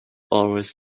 always